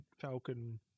Falcon